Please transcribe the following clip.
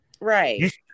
Right